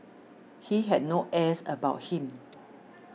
he had no airs about him